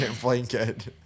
blanket